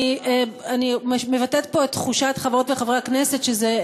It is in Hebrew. אני מבטאת פה את תחושת חברות וחברי הכנסת שזה,